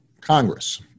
Congress